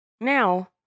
Now